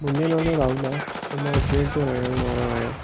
मुंहिंजो नालो राहुल आहे ऐं मां अजमेर जो रहणु वारो आहियां